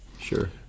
Sure